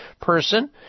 person